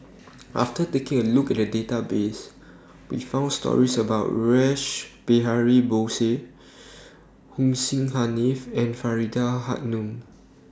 after taking A Look At The Database We found stories about Rash Behari Bose Hussein Haniff and Faridah Hanum